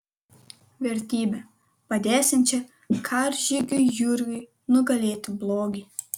vertybe padėsiančia karžygiui jurgiui nugalėti blogį